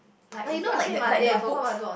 like you know like that like the books